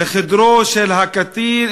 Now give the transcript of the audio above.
לחדרו של קטין,